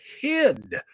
hid